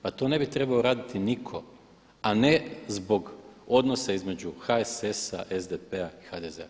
Pa to ne bi trebao raditi nitko, a ne zbog odnosa između HSS-a, SDP-a i HDZ-a.